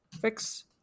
fix